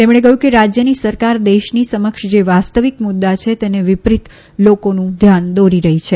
તેમણે કહ્યું કે રાજયની સરકાર દેશની સમક્ષ જે વાસ્તવિક મુદૃ છે તેના વિપરીત લોકોનું ધ્યાન દોરી રહી છે